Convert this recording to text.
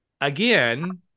again